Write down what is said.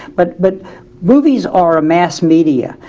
but but movies are a mass media,